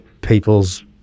people's